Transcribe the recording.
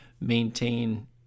maintain